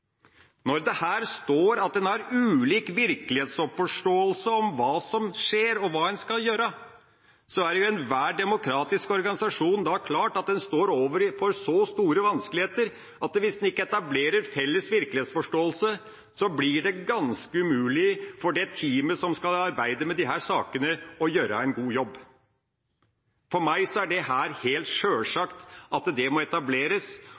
Det står at en har ulik virkelighetsforståelse av hva som skjer, og hva en skal gjøre. I enhver demokratisk organisasjon er det klart at en da står overfor store vanskeligheter, og hvis en ikke etablerer felles virkelighetsforståelse, blir det det ganske umulig for teamet som skal arbeide med disse sakene, å gjøre en god jobb. For meg er det helt sjølsagt at dette må etableres.